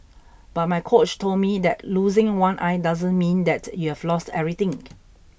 but my coach told me that losing one eye doesn't mean that you have lost everything